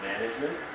management